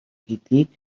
гэдгийг